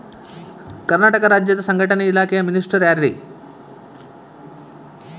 ಕರ್ನಾಟಕ ರಾಜ್ಯದ ಸಂಘಟನೆ ಇಲಾಖೆಯ ಮಿನಿಸ್ಟರ್ ಯಾರ್ರಿ?